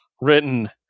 written